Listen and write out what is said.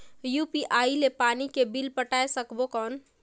UPI ले पानी के बिल पटाय सकबो कौन?